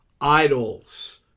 idols